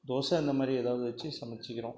தோசை அந்த மாதிரி ஏதாவது வெச்சு சமைச்சிக்கிறோம்